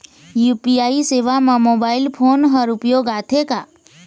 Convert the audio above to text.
UPI सेवा म mobile phone हर उपयोग आथे का?